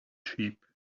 sheep